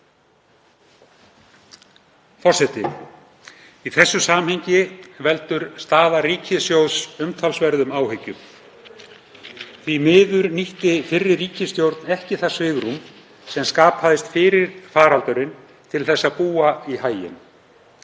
faraldrinum. Í þessu samhengi veldur staða ríkissjóðs umtalsverðum áhyggjum. Því miður nýtti fyrri ríkisstjórn ekki það svigrúm sem skapaðist fyrir faraldurinn til þess að búa í haginn.